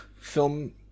film